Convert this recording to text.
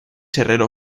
herrero